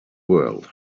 world